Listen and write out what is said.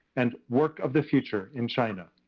and work of the future in china.